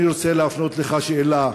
אני רוצה להפנות אליך שאלה: